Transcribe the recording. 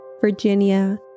Virginia